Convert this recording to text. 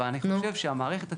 ואני חושב שהמערכת הציבורית,